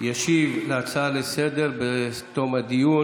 ישיב על ההצעה לסדר-היום בתום הדיון